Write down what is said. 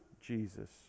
Jesus